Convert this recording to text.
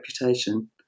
reputation